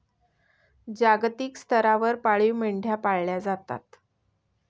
जागतिक स्तरावर पाळीव मेंढ्या पाळल्या जातात